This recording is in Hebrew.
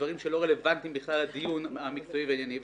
דברים שלא רלוונטיים בכלל לדיון המקצועי והענייני.